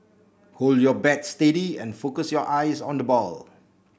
hold your bat steady and focus your eyes on the ball